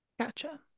Gotcha